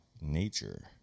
nature